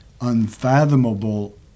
unfathomable